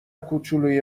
کوچولوی